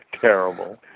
terrible